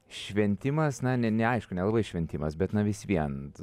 šventimas na neaišku nelabai šventimas bet na vis vien